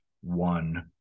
one